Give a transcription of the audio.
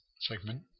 segment